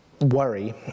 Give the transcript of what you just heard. Worry